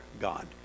god